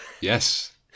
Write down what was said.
Yes